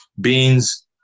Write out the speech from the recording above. beans